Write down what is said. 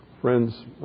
Friends